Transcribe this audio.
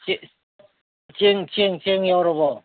ꯆꯦꯡ ꯌꯥꯎꯔꯕꯣ